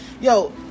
Yo